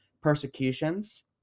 persecutions